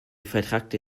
vetrackte